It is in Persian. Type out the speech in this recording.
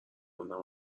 اونم